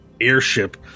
airship